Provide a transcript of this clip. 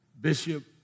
Bishop